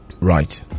Right